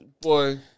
boy